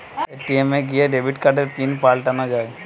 ATM এ গিয়ে debit কার্ডের পিন পাল্টানো যায়